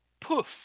poof